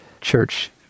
church